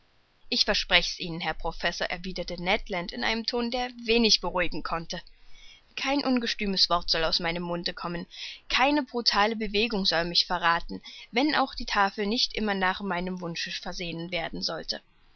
ich versprech's ihnen herr professor erwiderte ned land in einem ton der wenig beruhigen konnte kein ungestümes wort soll aus meinem mund kom men keine brutale bewegung soll mich verrathen wenn auch die tafel nicht immer nach wunsch versehen werden sollte